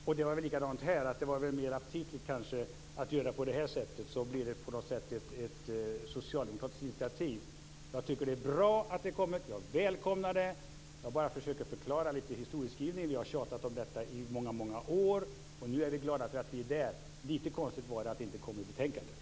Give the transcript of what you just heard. Och det var väl likadant här; det var kanske mer aptitligt att göra på det här sättet, så blir det på något sätt ett socialdemokratiskt initiativ. Jag tycker att det är bra att det kommit, och jag välkomnar det. Jag försöker bara förklara lite om historieskrivningen. Vi har tjatat om detta i många många år, och nu är vi glada för att vi är där. Lite konstigt var det att det inte kom i betänkandet.